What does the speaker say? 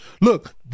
Look